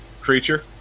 Creature